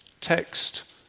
text